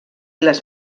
les